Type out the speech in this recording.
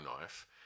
knife